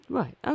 right